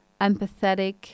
empathetic